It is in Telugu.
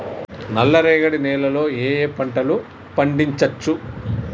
నల్లరేగడి నేల లో ఏ ఏ పంట లు పండించచ్చు?